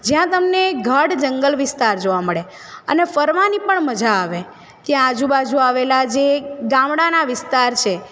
જ્યાં તમને ગાઢ જંગલ વિસ્તાર જોવા મળે અને ફરવાની પણ મજા આવે કે આજુ બાજુ આવેલા જે ગામડાના વિસ્તાર છે